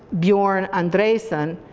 bjorn andresen,